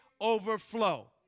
overflow